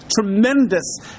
tremendous